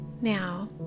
Now